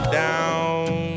down